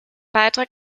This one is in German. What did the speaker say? beitrag